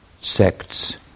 sects